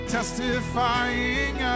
Testifying